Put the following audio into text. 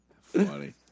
Funny